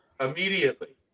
Immediately